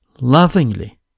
lovingly